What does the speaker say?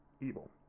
evil